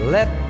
Let